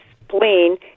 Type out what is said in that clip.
spleen